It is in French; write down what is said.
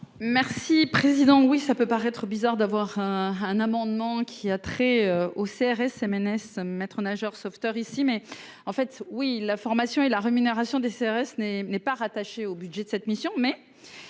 Merci président, oui, ça peut paraître bizarre d'avoir un un amendement qui a trait aux CRS MNS, maître nageur sauveteur ici, mais en fait, oui, la formation et la rémunération des CRS n'est n'est pas rattachée au budget de cette mission